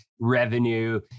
revenue